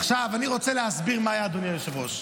עכשיו אני רוצה להסביר מה היה, אדוני היושב-ראש.